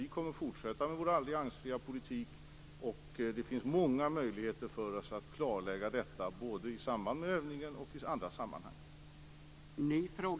Vi kommer att fortsätta med vår alliansfria politik, och det finns många möjligheter för oss att klarlägga detta - både i samband med övningen och i andra sammanhang.